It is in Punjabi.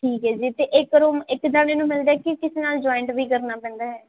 ਠੀਕ ਹੈ ਜੀ ਅਤੇ ਇੱਕ ਰੂਮ ਇੱਕ ਜਣੇ ਨੂੰ ਮਿਲਦਾ ਕਿ ਕਿਸੇ ਨਾਲ ਜੁਇੰਟ ਵੀ ਕਰਨਾ ਪੈਂਦਾ ਹੈ